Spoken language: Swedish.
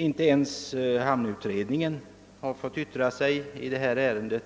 Inte ens hamnutredningen har fått yttra sig i detta ärende,